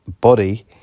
body